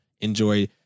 enjoy